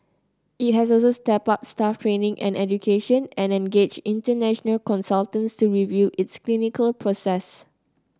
it has also stepped up staff training and education and engaged international consultants to review its clinical process